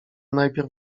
najpierw